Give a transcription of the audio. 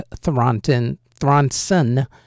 Thronson